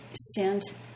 sent